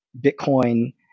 Bitcoin